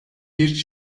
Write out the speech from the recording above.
bir